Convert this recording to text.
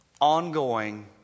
ongoing